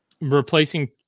replacing